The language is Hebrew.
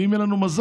ואם יהיה לנו מזל,